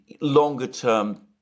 longer-term